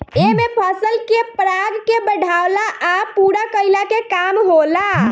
एमे फसल के पराग के बढ़ावला आ पूरा कईला के काम होला